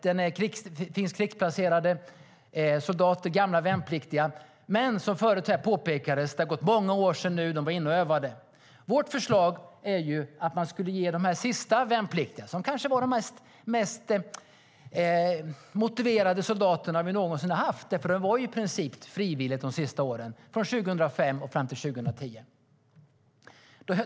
Det finns krigsplacerade soldater, gamla värnpliktiga. Men, som förut här påpekades, det har nu gått många år sedan de var inne och övade. Vårt förslag är att man ska ta in de sista värnpliktiga. De kanske var de mest motiverade soldater som vi någonsin har haft, för värnplikten var ju i princip frivillig de sista åren, från 2005 fram till 2010.